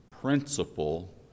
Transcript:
principle